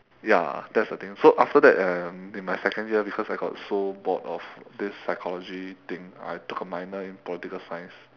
ya that's the thing so after that um in my second year because I got so bored of this psychology thing I took a minor in political science